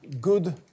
good